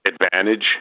advantage